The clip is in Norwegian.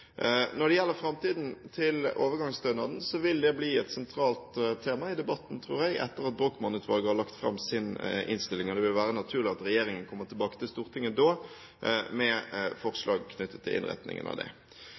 Når det gjelder framtiden til overgangsstønaden, vil det bli et sentralt tema i debatten, tror jeg, etter at Brochmann-utvalget har lagt fram sin innstilling. Det vil være naturlig at regjeringen kommer tilbake til Stortinget da med forslag knyttet til innretningen av det.